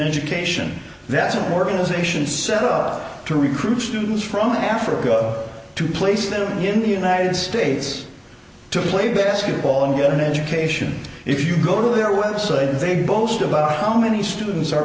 organization set up to recruit students from africa to place them in the united states to play basketball and get an education if you go to their website they boast about how many students are